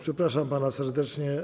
Przepraszam pana serdecznie.